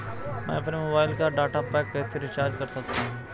मैं अपने मोबाइल का डाटा पैक कैसे रीचार्ज कर सकता हूँ?